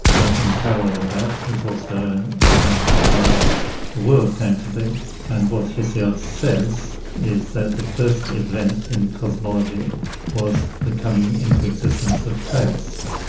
but in parallel with that is also an account of how the world came to be and what hesiod says is that the first event in cosmology was the coming into existence of chaos.